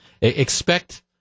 Expect